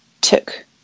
took